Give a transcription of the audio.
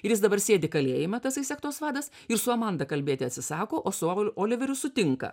ir jis dabar sėdi kalėjime tasai sektos vadas ir su amanda kalbėti atsisako o su oliveriu sutinka